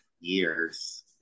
years